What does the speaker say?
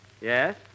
Yes